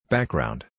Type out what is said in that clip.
Background